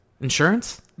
Insurance